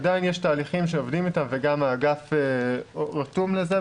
עדיין יש תהליכים שעובדים איתם וגם האגף רתום לזה,